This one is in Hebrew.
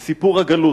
זה סיפור הגלות,